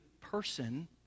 person